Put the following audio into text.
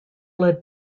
led